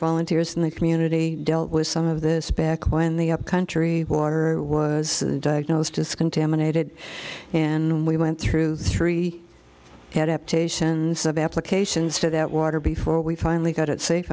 volunteer in the community dealt with some of this back when the upcountry water was diagnosed as contaminated and we went through three had kept a sense of applications for that water before we finally got it safe